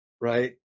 right